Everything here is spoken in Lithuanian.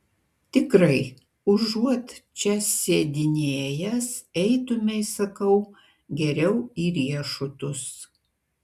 tikrai užuot čia sėdinėjęs eitumei sakau geriau į riešutus